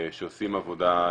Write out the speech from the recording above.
שעושים עבודה,